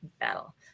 Battle